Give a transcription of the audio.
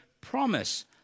promise